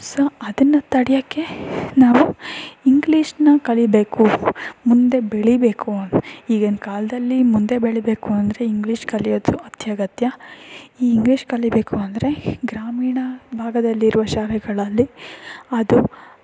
so ಅದನ್ನ ತಡ್ಯೋಕ್ಕೆ ನಾವು ಇಂಗ್ಲೀಷನ್ನ ಕಲಿಯಬೇಕು ಮುಂದೆ ಬೆಳಿಬೇಕು ಈಗಿನ ಕಾಲದಲ್ಲಿ ಮುಂದೆ ಬೆಳಿಬೇಕು ಅಂದರೆ ಇಂಗ್ಲೀಷ್ ಕಲಿಯೋದು ಅತ್ಯಗತ್ಯ ಈ ಇಂಗ್ಲೀಷ್ ಕಲಿಯಬೇಕು ಅಂದರೆ ಗ್ರಾಮೀಣ ಭಾಗದಲ್ಲಿರುವ ಶಾಲೆಗಳಲ್ಲಿ ಅದು